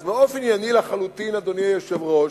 אז באופן ענייני לחלוטין, אדוני היושב-ראש,